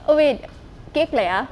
oh wait கேக்கலையா:kekalaiyaa